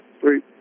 three